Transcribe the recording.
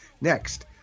Next